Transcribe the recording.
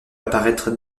apparaître